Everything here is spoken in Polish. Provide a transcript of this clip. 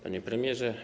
Panie Premierze!